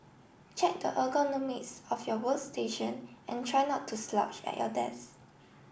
check the ergonomics of your workstation and try not to slouch at your desk